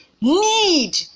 need